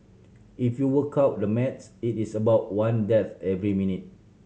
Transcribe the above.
if you work out the maths it is about one death every minute